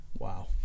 Wow